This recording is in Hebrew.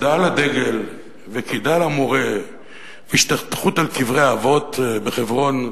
הצדעה לדגל וקידה למורה והשתטחות על קברי אבות בחברון,